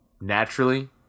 naturally